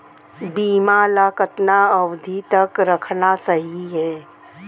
बीमा ल कतना अवधि तक रखना सही हे?